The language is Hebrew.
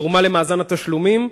לתרומה למאזן התשלומים,